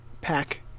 pack